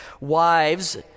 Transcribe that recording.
wives